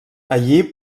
allí